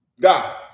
God